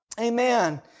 Amen